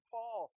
Paul